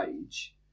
age